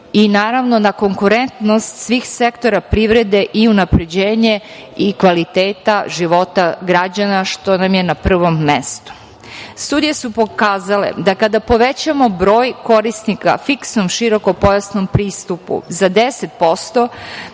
i naravno na konkurentnost svih sektora privrede i unapređenje i kvaliteta života građana, što nam je na prvom mestu. Studije su pokazale da kada povećamo broj korisnika fiksnom širokopojasnom pristupu za 10%